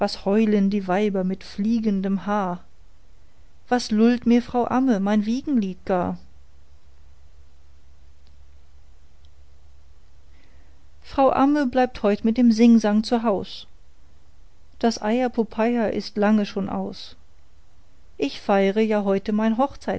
heulen die weiber mit fliegendem haar was lullt mir frau amme mein wiegenlied gar frau amme bleib heut mit dem singsang zu haus das eiapopeia ist lange schon aus ich feire ja heute mein